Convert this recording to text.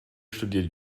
studiert